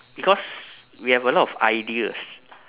because we have a lot of ideas